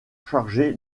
chargé